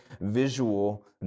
visual